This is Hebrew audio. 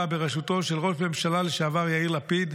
בראשותו של ראש הממשלה לשעבר יאיר לפיד,